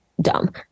dumb